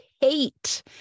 hate